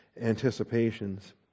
anticipations